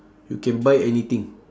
you can buy anything